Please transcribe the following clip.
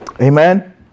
Amen